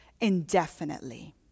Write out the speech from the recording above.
indefinitely